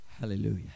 Hallelujah